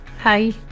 Hi